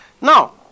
Now